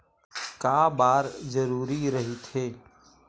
का बार जरूरी रहि थे?